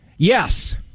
Yes